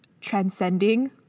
transcending